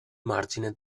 margine